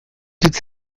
hitz